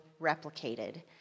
replicated